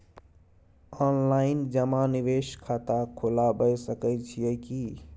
Online जमा निवेश खाता खुलाबय सकै छियै की?